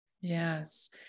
Yes